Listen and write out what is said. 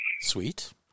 Sweet